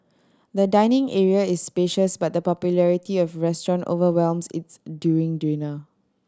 the dining area is spacious but the popularity of restaurant overwhelms its during dinner